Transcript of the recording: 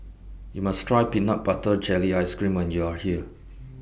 YOU must Try Peanut Butter Jelly Ice Cream when YOU Are here